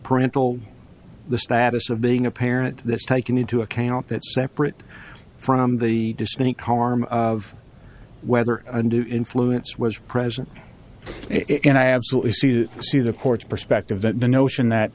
parental the status of being a parent that's taken into account that separate from the distant harm of whether undue influence was present and i absolutely see that see the court's perspective that the notion that